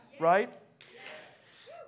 right